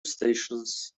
stations